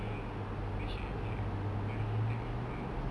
ya you guys should have like coordinated earlier